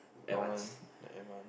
Rong-En the advance